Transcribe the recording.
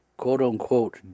quote-unquote